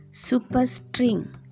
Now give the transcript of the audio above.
Superstring